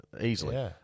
easily